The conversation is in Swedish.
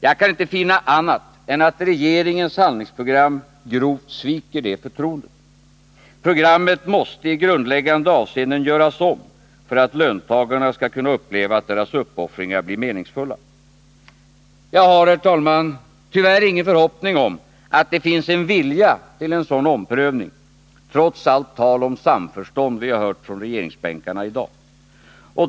Jag kan inte finna annat än att regeringens handlingsprogram grovt sviker det förtroendet. Programmet måste i grundläggande avseenden göras om för att löntagarna skall kunna uppleva att deras uppoffringar blir meningsfulla. Jag har, herr talman, tyvärr ingen förhoppning om att det finns vilja till en sådan omprövning, trots allt tal om samförstånd som vi i dag har hört från regeringsbänkarna.